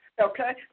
Okay